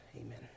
Amen